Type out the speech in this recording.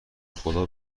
خدا